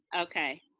Okay